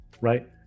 Right